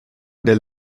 del